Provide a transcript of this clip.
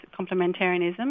complementarianism